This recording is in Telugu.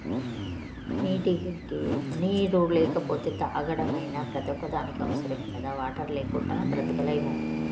నీటికి నీరు లేకపోతే తాగడమైన ప్రతిఒక్కదానికి అవసరమే కదా వాటర్ లేకుంట బ్రతకలేము